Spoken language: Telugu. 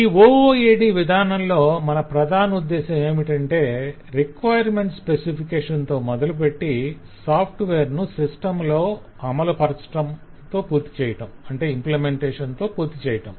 ఈ OOAD విధానంలో మన ప్రధానోద్దేశ్యము ఏమిటంటే రిక్వైర్మెంట్స్ స్పెసిఫికేషన్ తో మొదలుపెట్టి సాఫ్ట్వేర్ ను సిస్టం లో అమలుపరచటంతో పూర్తిచేయటం